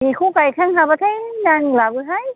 बेखौ गायखां हाबाथाय नांलाबोहाय